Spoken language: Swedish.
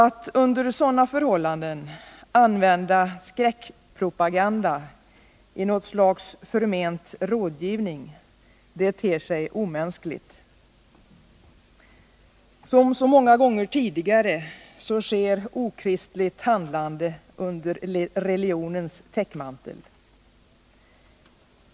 Att under sådana förhållanden använda skräckpropaganda i något slags förment rådgivning ter sig omänskligt. Som så många gånger tidigare sker okristligt handlande under religionens täckmantel.